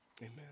Amen